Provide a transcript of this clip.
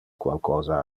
qualcosa